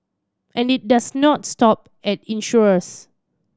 and it does not stop at insurers